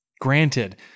Granted